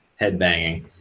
headbanging